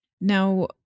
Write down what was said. Now